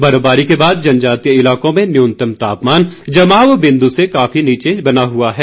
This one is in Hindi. बर्फबारी के बाद जनजातीय इलाकों में न्यूनतम तापमान जमाव बिंदु से काफी नीचे बना हुआ है